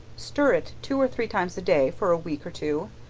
stir it two or three times a day, for a week or two,